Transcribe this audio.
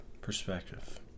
perspective